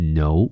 no